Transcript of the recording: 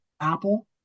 apple